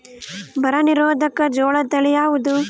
ಬರ ನಿರೋಧಕ ಜೋಳ ತಳಿ ಯಾವುದು?